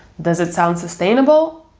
does it sound sustainable?